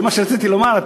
זה מה שרציתי לומר.